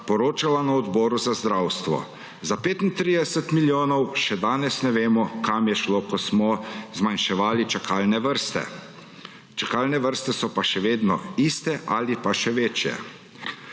poročala na Odboru za zdravstvo. Za 35 milijonov še danes ne vemo, kam so šli, ko smo zmanjševali čakalne vrste. Čakalne vrste so pa še vedno iste ali pa še večje.